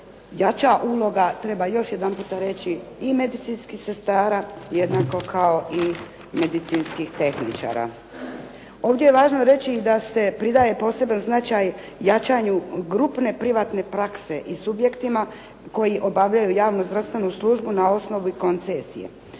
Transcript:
Jača uloga, treba još jedanputa reći, i medicinskih sredstava jednako kao i medicinskih tehničara. Ovdje je važno reći i da se pridaje poseban značaj jačanju grupne privatne prakse i subjektima koji obavljaju javno zdravstvenu službu na osnovi koncesija.